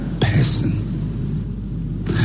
person